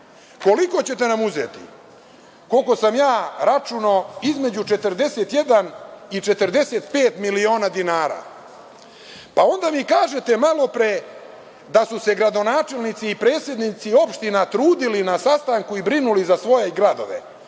Koliko ćete nam uzeti? Koliko sam ja računao između, 41 i 45 miliona dinara. Onda mi kažete malopre da su se gradonačelnici i predsednici opština trudili na sastanku i brinuli za svoje gradove,